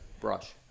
brush